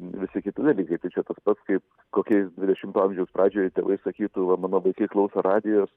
visi kiti dalykai tai čia tas pats kaip kokiais dvidešito amžiaus pradžioje tėvai sakytų va mano vaikai klauso radijos